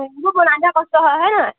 কষ্ট হয় হয় নে